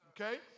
Okay